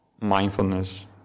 mindfulness